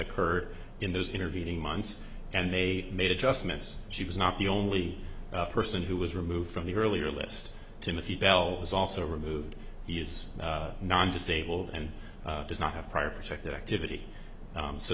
occurred in those intervening months and they made adjustments she was not the only person who was removed from the earlier list timothy bell was also removed he is non disabled and does not have prior protected activity